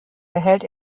erhält